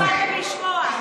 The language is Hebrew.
לא באתם לשמוע.